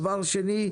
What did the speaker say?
דבר שני,